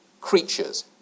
creatures